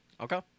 Okay